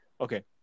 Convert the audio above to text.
okay